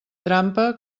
trampa